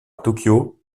tokyo